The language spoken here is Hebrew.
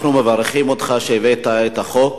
אנחנו מברכים אותך שהבאת את החוק,